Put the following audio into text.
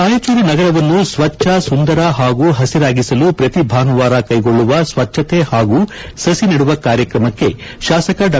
ರಾಯಚೂರು ನಗರವನ್ನು ಸ್ವಚ್ಹ ಸುಂದರ ಹಾಗೂ ಹಸಿರಾಗಿಸಲು ಶ್ರತಿ ಭಾನುವಾರ ಕೈಗೊಳ್ಳುವ ಸ್ವಚ್ಹತೆ ಹಾಗೂ ಸಸಿ ನೆಡುವ ಕಾರ್ಯಕ್ರಮಕ್ಕೆ ಶಾಸಕ ಡಾ